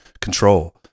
control